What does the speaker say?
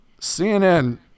CNN